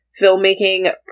filmmaking